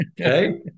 Okay